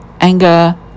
anger